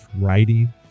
writing